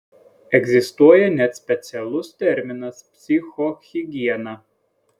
egzistuoja net specialus terminas psichohigiena